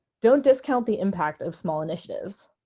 don't discount the impact of small initiatives.